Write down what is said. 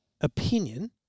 opinion